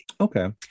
Okay